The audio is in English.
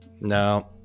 No